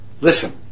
Listen